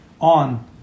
on